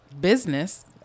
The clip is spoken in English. business